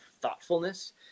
thoughtfulness